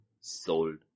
sold